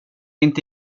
inte